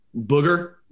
Booger